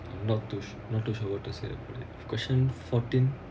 not to not to sure to say the question fourteen